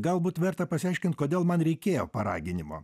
galbūt verta pasiaiškint kodėl man reikėjo paraginimo